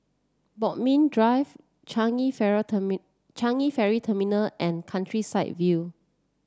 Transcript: Bodmin Drive Changi Ferry Changi Ferry Terminal and Countryside View